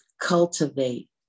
Cultivate